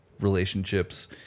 relationships